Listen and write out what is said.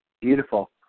beautiful